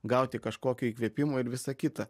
gauti kažkokio įkvėpimo ir visa kita